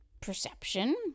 perception